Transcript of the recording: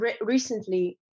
recently